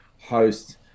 Host